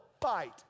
fight